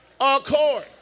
accord